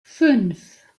fünf